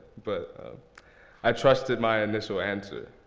but i trusted my initial answer.